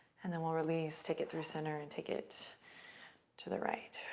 and then we'll release, take it through center and take it to the right.